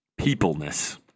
peopleness